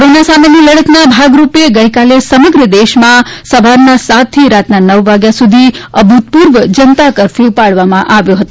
corona સામેની લડતના ભાગરૂપે ગઈકાલે સમગ્ર દેશમાં સવારના સાતથી રાતના નવ સુધી અભૂતપૂર્વ જનતા કર્ફ્યુ પાડવામાં આવ્યો હતો